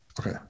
okay